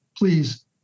Please